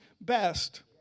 best